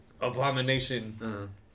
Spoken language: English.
abomination